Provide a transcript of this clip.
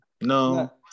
No